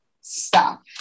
stop